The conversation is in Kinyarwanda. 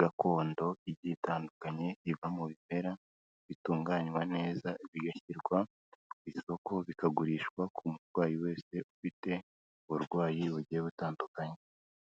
gakondo igiye itandukanye iva mu bimera, bitunganywa neza bigashyirwa ku isoko bikagurishwa ku murwayi wese, ufite uburwayi bugiye butandukanye.